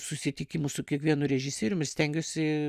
susitikimu su kiekvienu režisieriumi stengiuosi